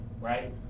right